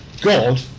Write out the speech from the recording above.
God